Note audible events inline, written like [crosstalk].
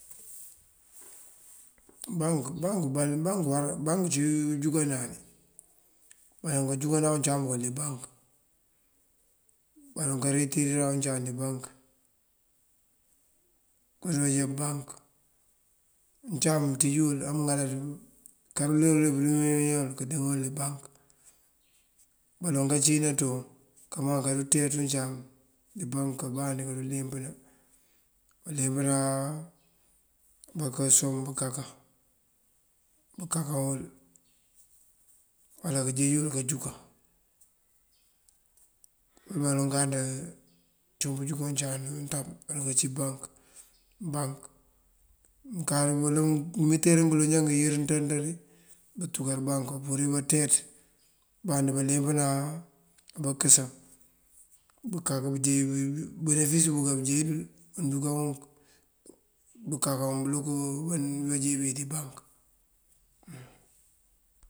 Ubanku [hesitation] ubanku ací unjúnkanani, baloŋ kanjúkanan uncáam bëkël dí bank, baloŋ karëtiriran uncáam dí bank. Kowí banjee bank, uncáam mënţíj uwël amëŋalaţ kara ulero uler këdu wen wena wul këndëŋ uwul dí bank. Baloŋ kanţíj banţoŋ kamaŋ keentiyent uncáam dí bank këmbandí keeleempëna. Këleempënáa mëmbá soŋ bënkankan, pënkankan uwël uwala kanjeej wul kënjúkan. Baloŋ kanta cum pënjúkan uncáam dí untab aruka ací bank. Bank, [hesitation] ngëmitira ngëloŋ ajá ngayër nţari nţari buntúkar bank pur banţeeţ bandí baleempëna abënkësan [hesitation] benefice bukal bëjej dul ngandukaŋ ngunk bunkakar pëlunk wi bajeeji unk dí bank.